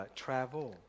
travel